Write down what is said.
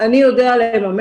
אני יודע לממש.